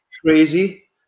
crazy